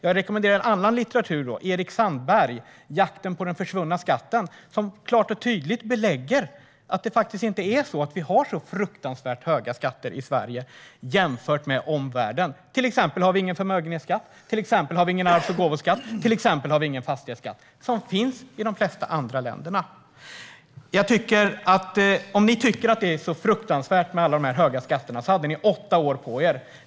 Jag rekommenderar då en annan litteratur, Jakten på den försvunna skatten av Erik Sandberg, som klart och tydligt belägger att det faktiskt inte är så att vi har så fruktansvärt höga skatter i Sverige jämfört med omvärlden. Till exempel har vi ingen förmögenhetsskatt, ingen arvs och gåvoskatt och ingen fastighetsskatt, som finns i de flesta andra länder. Om ni tycker att det är så fruktansvärt med alla de höga skatterna vill jag säga att ni hade åtta år på er.